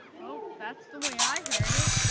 well, that's the way i heard it.